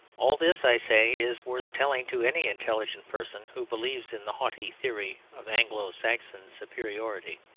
all this, i say, is worth telling to any intelligent person who believes in the haughty theory of anglo-saxon superiority.